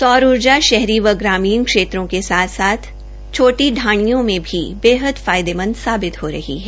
सौर ऊर्जा शहरी व ग्रामीण क्षेत्रों के साथ साथ छोटी ढाणियों में भी बेहद फायदेमंद साबित हो रही है